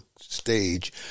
stage